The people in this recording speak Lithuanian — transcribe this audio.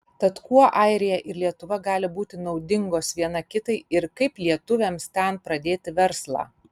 tad kuo airija ir lietuva gali būti naudingos viena kitai ir kaip lietuviams ten pradėti verslą